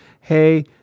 Hey